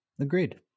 Agreed